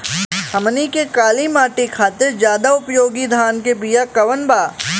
हमनी के काली माटी खातिर ज्यादा उपयोगी धान के बिया कवन बा?